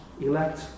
elect